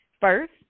first